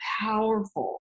powerful